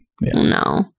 No